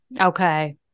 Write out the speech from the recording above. Okay